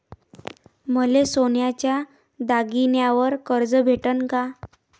मले सोन्याच्या दागिन्यावर कर्ज भेटन का?